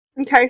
okay